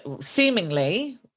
seemingly